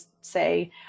say